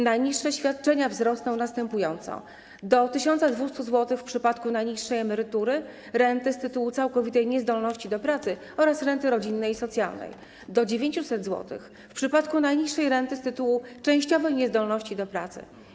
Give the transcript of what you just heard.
Najniższe świadczenia wzrosną następująco: do 1200 zł w przypadku najniższej emerytury, renty z tytułu całkowitej niezdolności do pracy oraz renty rodzinnej i socjalnej, do 900 zł w przypadku najniższej renty z tytułu częściowej niezdolności do pracy.